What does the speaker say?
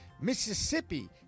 Mississippi